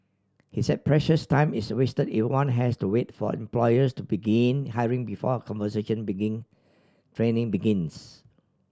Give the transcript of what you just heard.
he said precious time is wasted if one has to wait for employers to begin hiring before conversion begin training begins